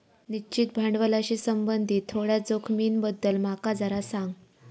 निश्चित भांडवलाशी संबंधित थोड्या जोखमींबद्दल माका जरा सांग